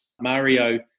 Mario